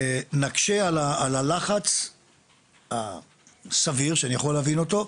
נקשה על הלחץ הסביר שאני יכול להבין אותו,